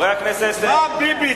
מר ביבי,